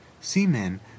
Seamen